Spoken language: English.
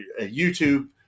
YouTube